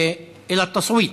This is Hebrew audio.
(אומר דברים בשפה הערבית,